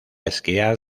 esquiar